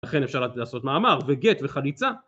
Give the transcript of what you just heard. לכן אפשר לעשות מאמר וגט וחליצה